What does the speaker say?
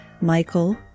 Michael